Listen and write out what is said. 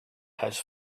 has